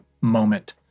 moment